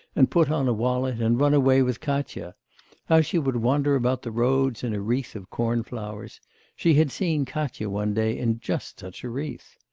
and put on a wallet and run away with katya how she would wander about the roads in and a wreath of corn-flowers she had seen katya one day in just such a wreath.